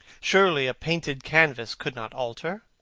surely a painted canvas could not alter?